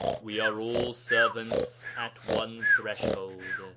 we are all servants at one threshold,